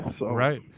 Right